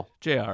jr